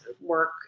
work